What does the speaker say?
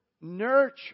nurture